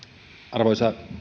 arvoisa